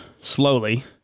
slowly